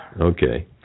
Okay